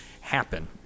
happen